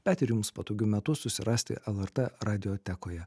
bet ir jums patogiu metu susirasti lrt radiotekoje